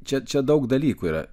čia čia daug dalykų yra